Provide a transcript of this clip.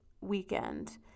weekend